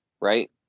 right